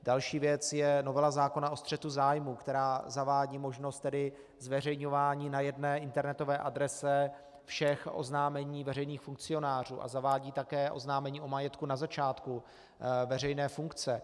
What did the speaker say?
Další věc je novela zákona o střetu zájmů, která zavádí možnost zveřejňování na jedné internetové adrese všech oznámení veřejných funkcionářů a zavádí také oznámení o majetku na začátku veřejné funkce.